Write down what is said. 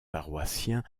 paroissiens